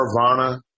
Carvana